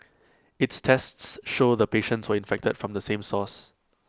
its tests showed the patients were infected from the same source